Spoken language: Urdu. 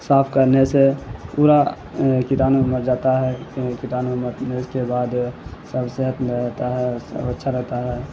صاف کرنے سے پورا کیٹانو مر جاتا ہے کیٹانو مرنے کے بعد سب صحت میں رہتا ہے اور سب اچھا رہتا ہے